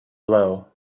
blow